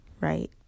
right